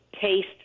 taste